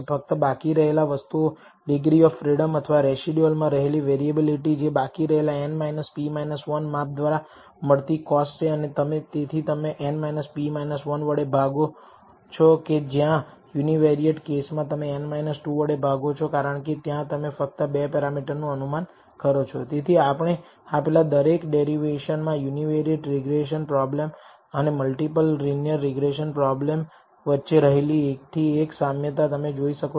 ફક્ત બાકી રહેલી વસ્તુઓ ડિગ્રી ઓફ ફ્રીડમ અથવા રેસીડ્યુલ માં રહેલી વેરીયેબિલિટી જે બાકી રહેલા n p 1 માપ દ્વારા મળતી કોસ્ટ છે અને તેથી તમે n p 1 વળે ભાગો છો કે જ્યાં યુનીવેરીયેટ કેસ માં તમે n 2 વળે ભાગો છો કારણકે ત્યાં તમે ફક્ત 2 પેરામીટર નું અનુમાન કરો છો તેથી આપણે આપેલા દરેક ડેરીવેસન મા યુનિવેરિએટ રીગ્રેસન પ્રોબ્લેમ અને મલ્ટિપલ લિનિયર રીગ્રેસન પ્રોબ્લેમ વચ્ચે રહેલી એક થી એક સામ્યતા તમે જોઈ શકો છો